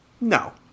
No